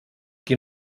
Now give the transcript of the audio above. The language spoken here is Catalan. qui